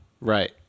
Right